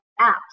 apps